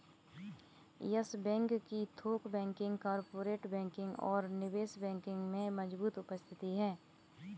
yes bank की थोक banking, corporate banking और निवेश बैंकिंग में मजबूत उपस्थिति है